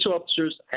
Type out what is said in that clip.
officers